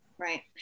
Right